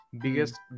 Biggest